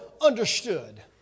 understood